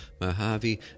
Mojave